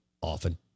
often